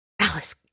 Alice